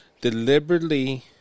Deliberately